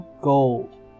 Gold